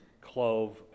clove